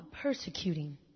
persecuting